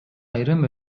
айрым